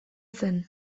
zen